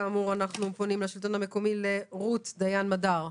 אנחנו פונים לשלטון המקומי, לרות דיין מדר.